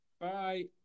Bye